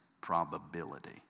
probability